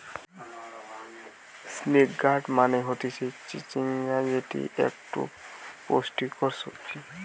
snake gourd মানে হতিছে চিচিঙ্গা যেটি একটো পুষ্টিকর সবজি